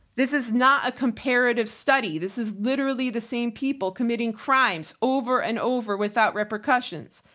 this is not a comparative study. this is literally the same people committing crimes over and over without repercussions.